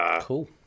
Cool